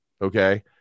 Okay